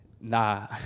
nah